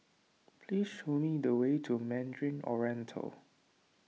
please show me the way to Mandarin Oriental